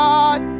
God